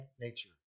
nature